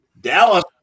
Dallas